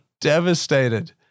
Devastated